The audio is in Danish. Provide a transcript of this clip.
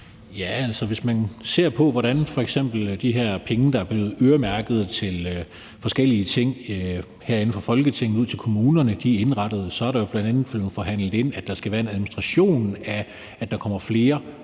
Hvis man f.eks. ser på, hvordan de her penge, der er blevet øremærket til forskellige ting, herinde fra Folketinget og ud til kommunerne, er indrettet, så er der jo bl.a. blevet forhandlet ind, at der skal være en administrationsandel af de milliarder,